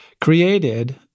created